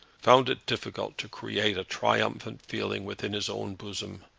found it difficult to create a triumphant feeling within his own bosom.